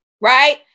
right